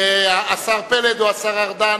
השר פלד או השר ארדן.